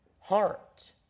heart